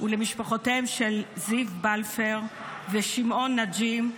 ולמשפחותיהם של זיו בלפר ושמעון נג'ם,